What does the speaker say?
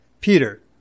Peter